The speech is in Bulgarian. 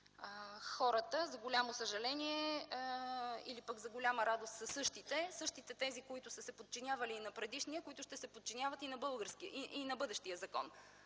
Хората - за голямо съжаление или за голяма радост, са същите, които са се подчинявали на предишния и които ще се подчиняват и на бъдещия закон.